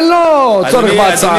אין לו צורך בהצעה.